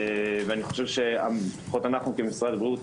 אני חושב שלפחות אנחנו כמשרד הבריאות,